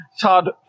Todd